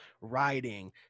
writing